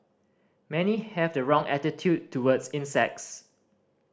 many have the wrong attitude towards insects